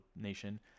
nation